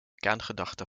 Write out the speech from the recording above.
kerngedachte